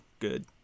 good